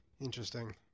Interesting